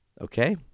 Okay